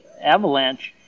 Avalanche